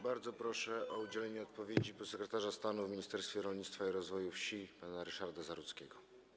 Bardzo proszę o udzielenie odpowiedzi podsekretarza stanu w Ministerstwie Rolnictwa i Rozwoju Wsi pana Ryszarda Zarudzkiego.